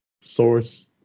source